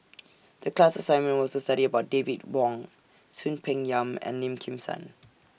The class assignment was to study about David Wong Soon Peng Yam and Lim Kim San